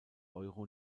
euro